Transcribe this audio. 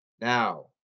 Now